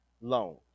loans